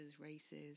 races